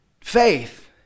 faith